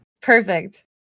Perfect